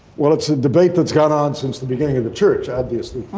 well, it's a debate that's gone on since the beginning of the church obviously,